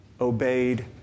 obeyed